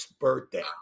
birthday